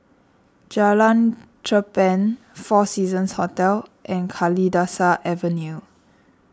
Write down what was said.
Jalan Cherpen four Seasons Hotel and Kalidasa Avenue